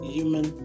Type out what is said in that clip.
human